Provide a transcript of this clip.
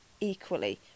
equally